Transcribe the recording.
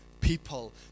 people